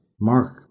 Mark